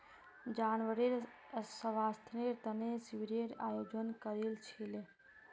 जानवरेर स्वास्थ्येर तने शिविरेर आयोजन करील छिले